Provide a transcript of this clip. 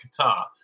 Qatar